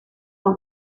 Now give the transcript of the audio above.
hau